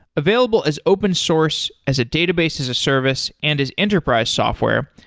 available as open source as a database as a service and as enterprise software,